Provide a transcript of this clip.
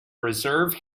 reserve